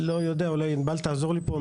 אולי ענבל תעזור לי פה.